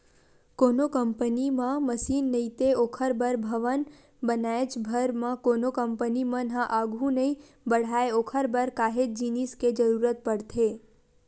कोनो कंपनी म मसीन नइते ओखर बर भवन बनाएच भर म कोनो कंपनी मन ह आघू नइ बड़हय ओखर बर काहेच जिनिस के जरुरत पड़थे